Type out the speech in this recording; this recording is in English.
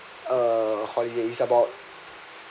uh holidays about